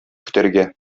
көтәргә